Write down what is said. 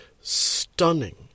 stunning